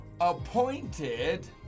appointed